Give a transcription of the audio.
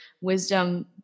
wisdom